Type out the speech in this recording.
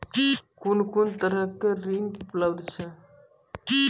कून कून तरहक ऋण उपलब्ध छै?